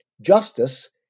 Justice